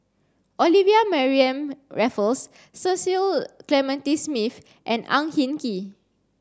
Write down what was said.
Olivia Mariamne Raffles Cecil Clementi Smith and Ang Hin Kee